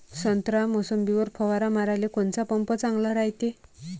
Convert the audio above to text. संत्रा, मोसंबीवर फवारा माराले कोनचा पंप चांगला रायते?